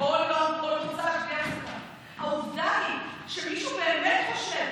כל יום, העובדה היא שמישהו באמת חושב